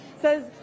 says